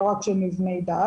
לא רק של מבני דת.